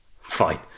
fine